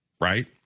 Right